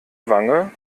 wange